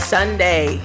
Sunday